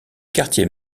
quartier